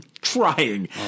trying